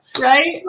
Right